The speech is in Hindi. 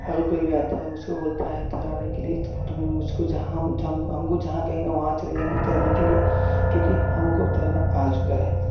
अगर कोई भी आता है मुझको बोलता है तैरने के लिए तुम मुझको जहाँ हम हमको जहाँ कहेंगे वहाँ चले जाएँगे तैरने के लिए क्योंकि हमको तैरना आ चुका है